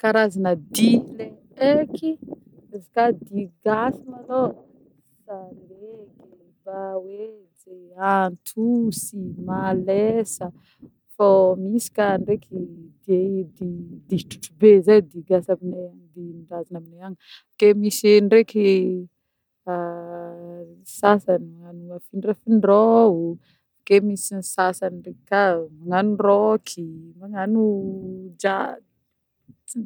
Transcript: Karazagna dihy le eky, izy koà dihy gasy malôha: salegy, baoejy e, antosy, malesa fô misy koà ndreky dihy dihy trotrobe ze dihy gasy aminay dihin-drazagna aminay agny ke misy ndreky a-a-sasany magnano afindrafindrao, avy ake misy sasany ndreky koà magnano rock, magnano jazz.